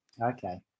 Okay